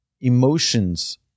emotions